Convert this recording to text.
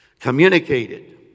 communicated